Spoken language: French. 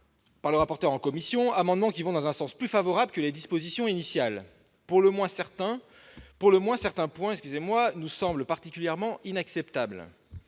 par le rapporteur en commission, amendements qui sont plus acceptables que les dispositions initiales. Certains points nous semblent particulièrement inacceptables.